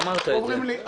ואומרים לי,